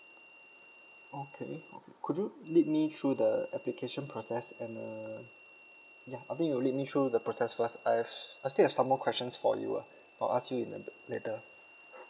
okay okay could you lead me through the application process and uh ya I think you lead me through the process first as I still have some more questions for you ah I'll ask you in a later